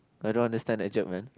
I don't understand that joke man